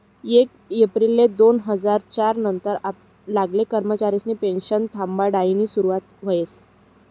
येक येप्रिल दोन हजार च्यार नंतर लागेल कर्मचारिसनी पेनशन थांबाडानी सुरुवात व्हयनी